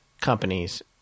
companies